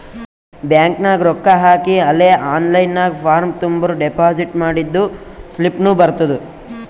bank ನಾಗ್ ರೊಕ್ಕಾ ಹಾಕಿ ಅಲೇ ಆನ್ಲೈನ್ ನಾಗ್ ಫಾರ್ಮ್ ತುಂಬುರ್ ಡೆಪೋಸಿಟ್ ಮಾಡಿದ್ದು ಸ್ಲಿಪ್ನೂ ಬರ್ತುದ್